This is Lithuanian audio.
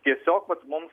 tiesiog vat mums